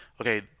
okay